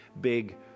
big